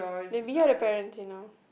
we were behind the parents you know